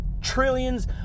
trillions